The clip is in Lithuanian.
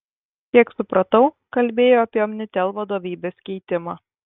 kiek supratau kalbėjo apie omnitel vadovybės keitimą